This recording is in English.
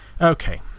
Okay